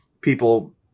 people